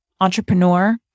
entrepreneur